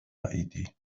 haiti